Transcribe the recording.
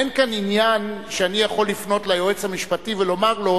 אין כאן עניין שאני יכול לפנות ליועץ המשפטי ולומר לו: